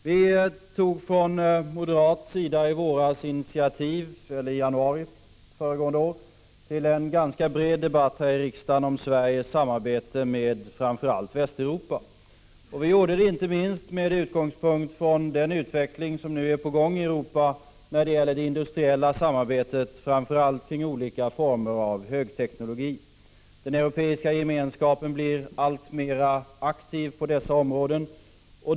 Vi tog från moderat sida i januari föregående år initiativ till en ganska bred debatt här i riksdagen om Sveriges samarbete med framför allt Västeuropa. Vi gjorde det inte minst med utgångspunkt i den utveckling som nu är på gång i Europa när det gäller det industriella samarbetet, framför allt kring olika former av högteknologi. Den Europeiska gemenskapen blir alltmer aktiv på dessa områden.